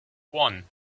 one